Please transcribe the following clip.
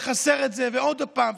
"חסר את זה" ו"עוד פעם",